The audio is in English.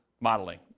modeling